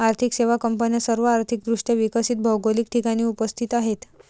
आर्थिक सेवा कंपन्या सर्व आर्थिक दृष्ट्या विकसित भौगोलिक ठिकाणी उपस्थित आहेत